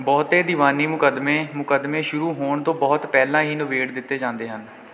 ਬਹੁਤ ਦੀਵਾਨੀ ਮੁਕੱਦਮੇ ਮੁਕੱਦਮੇ ਸ਼ੁਰੂ ਹੋਣ ਤੋਂ ਬਹੁਤ ਪਹਿਲਾਂ ਹੀ ਨਿਬੇੜ ਦਿੱਤੇ ਜਾਂਦੇ ਹਨ